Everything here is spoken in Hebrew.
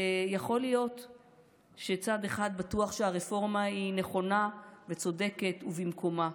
ויכול להיות שצד אחד בטוח שהרפורמה היא נכונה וצודקת ובמקומה,